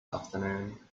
afternoon